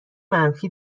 منفی